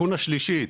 לקונה שלישית